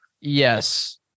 Yes